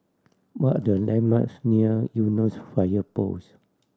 what are the landmarks near Eunos Fire Post